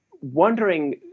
wondering